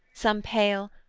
some pale,